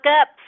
up